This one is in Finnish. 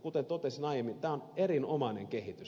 kuten totesin aiemmin tämä on erinomainen kehitys